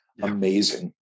amazing